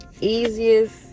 easiest